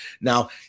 Now